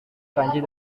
kanji